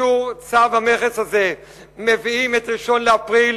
אישור צו המכס הזה, מביאים את 1 באפריל,